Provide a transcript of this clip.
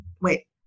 wait